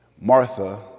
Martha